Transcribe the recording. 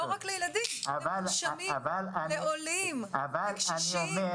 לא רק לילדים למונשמים, לעולים, לקשישים.